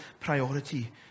priority